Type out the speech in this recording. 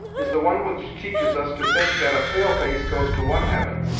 is the one which teaches us to think that a pale-face goes to one heaven,